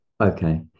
okay